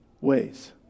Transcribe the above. ways